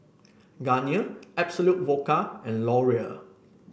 Garnier Absolut Vodka and Laurier